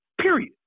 Period